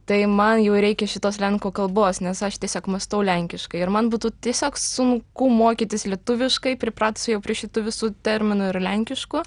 tai man jau reikia šitos lenkų kalbos nes aš tiesiog mąstau lenkiškai ir man būtų tiesiog sunku mokytis lietuviškai pripratus jau prie šitų visų terminų ir lenkiškų